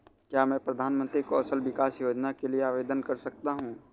क्या मैं प्रधानमंत्री कौशल विकास योजना के लिए आवेदन कर सकता हूँ?